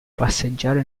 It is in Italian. passeggiare